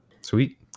Sweet